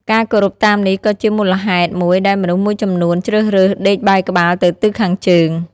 ការគោរពតាមនេះក៏ជាមូលហេតុមួយដែលមនុស្សមួយចំនួនជ្រើសរើសដេកបែរក្បាលទៅទិសខាងជើង។